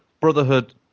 Brotherhood